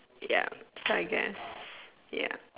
ya so I guess ya